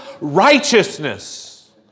Righteousness